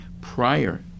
prior